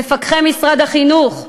מפקחי משרד החינוך?